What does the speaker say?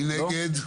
מי נגד?